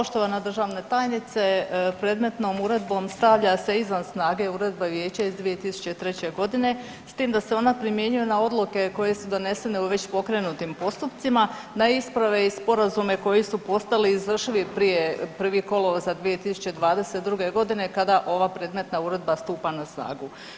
Poštovana državna tajnice, predmetnom uredbom stavlja se izvan snage Uredba vijeća iz 2003. godine s tim da se ona primjenjuje na odluke koje su donesene u već pokrenutim postupcima, na isprave i sporazume koji su postali izvršili prije 1. kolovoza 2022. godine kada ova predmetna uredba stupa na snagu.